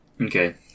Okay